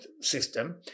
system